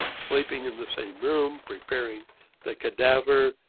sleeping in the same room, preparing the cadaver,